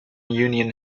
union